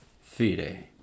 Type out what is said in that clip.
Fide